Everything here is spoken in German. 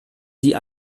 die